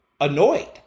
annoyed